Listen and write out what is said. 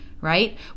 right